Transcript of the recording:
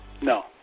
no